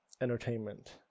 entertainment